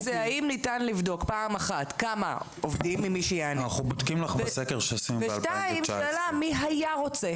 האם ניתן לבדוק כמה עובדים, וכן, מי היה רוצה?